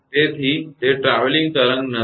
તેથી તે ટ્રાવેલીંગ તરંગ નથી